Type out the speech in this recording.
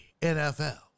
NFL